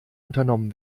unternommen